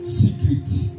secrets